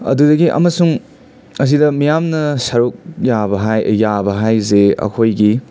ꯑꯗꯨꯗꯒꯤ ꯑꯃꯁꯨꯡ ꯑꯁꯤꯗ ꯃꯤꯌꯥꯝꯅ ꯁꯔꯨꯛ ꯌꯥꯕ ꯍꯥꯏ ꯌꯥꯕ ꯍꯥꯏꯁꯦ ꯑꯩꯈꯣꯏꯒꯤ